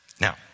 Now